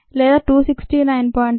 49 గంటలు లేదా 269